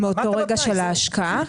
מאותו רגע של ההשקעה?